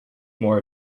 more